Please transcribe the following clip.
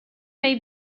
may